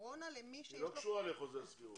הקורונה למי שיש לו --- היא לא קשורה לחוזה השכירות.